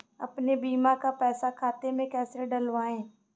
अपने बीमा का पैसा खाते में कैसे डलवाए?